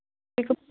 وعلیکُم